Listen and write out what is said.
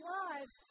lives